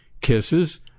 kisses